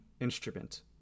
instrument